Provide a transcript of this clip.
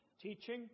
teaching